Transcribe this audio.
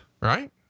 right